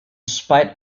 spite